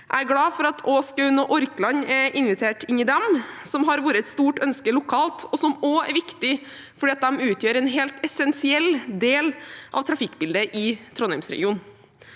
Jeg er glad for at også Skaun og Orkland er invitert inn. Det har vært et stort ønske lokalt og er også viktig fordi de utgjør en helt essensiell del av trafikkbildet i Trondheims-regionen.